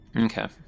Okay